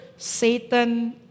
Satan